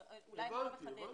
הבנתי.